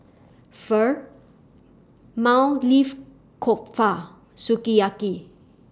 Pho Maili Kofta Sukiyaki